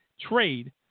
trade